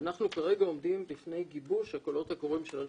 אנחנו כרגע עומדים בפני גיבוש הקולות הקוראים של 2020,